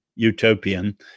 utopian